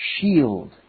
shield